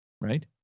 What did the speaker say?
right